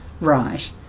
right